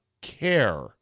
care